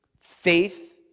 faith